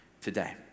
today